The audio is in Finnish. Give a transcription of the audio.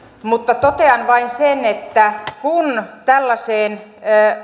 mutta totean vain sen että kun tällaiseen